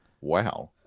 Wow